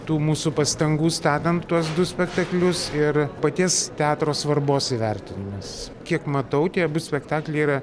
tu mūsų pastangų statant tuos du spektaklius ir paties teatro svarbos įvertinimas kiek matau tie abu spektakliai yra